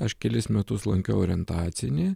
aš kelis metus lankiau orientacinį